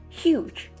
huge，